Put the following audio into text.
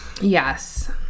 Yes